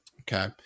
Okay